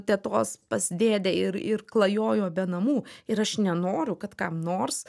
tetos pas dėdę ir ir klajojo be namų ir aš nenoriu kad kam nors